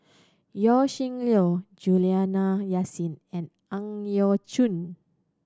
Yaw Shin Leong Juliana Yasin and Ang Yau Choon